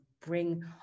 bring